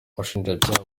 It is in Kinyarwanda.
ubushinjacyaha